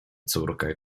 córkę